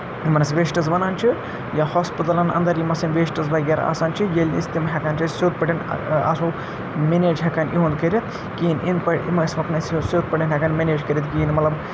یِمَن أسۍ ویسٹٕز وَنان چھِ یا ہاسپِٹَلَن اَنٛدَر یِم آسان ویسٹٕز وغیرہ آسان چھِ ییٚلہِ أسۍ تِم ہٮ۪کان چھِ أسۍ سیوٚد پٲٹھۍ آسو مٮ۪نیج ہٮ۪کان یِہُنٛد کٔرِتھ کِہیٖنۍ سیوٚد پٲٹھۍ ہٮ۪کان مٮ۪نیج کٔرِتھ کِہیٖنۍ مطلب